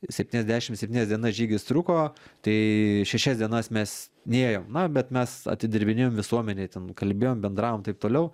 septyniasdešim septynias dienas žygis truko tai šešias dienas mes nėjom na bet mes atidirbinėjom visuomenei ten kalbėjom bendravom taip toliau